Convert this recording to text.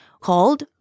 called